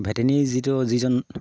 ভেটেনীৰ যিটো যিজন